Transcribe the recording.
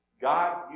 God